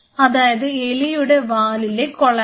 അതായത് എലിയുടെ വാലിലെ കൊളാജൻ